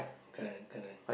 correct correct